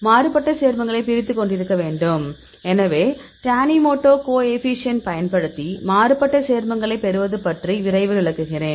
மாறுபட்ட சேர்மங்களைக் பிரித்து கொண்டிருக்க வேண்டும் எனவே டானிமோடோ கோஎஃபீஷியேன்ட் பயன்படுத்தி மாறுபட்ட சேர்மங்களைப் பெறுவது பற்றி விரைவில் விளக்குகிறேன்